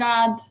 God